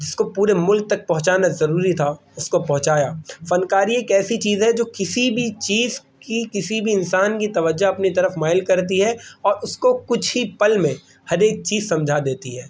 جس کو پورے ملک تک پہنچانا ضروری تھا اس کو پہنچایا فنکاری ایک ایسی چیز ہے جو کسی بھی چیز کی کسی بھی انسان کی توجہ اپنی طرف مائل کرتی ہے اور اس کو کچھ ہی پل میں ہر ایک چیز سمجھا دیتی ہے